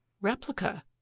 Replica